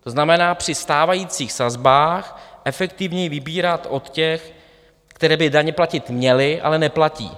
To znamená, při stávajících sazbách efektivněji vybírat od těch, kteří by daně platit měli, ale neplatí.